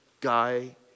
guy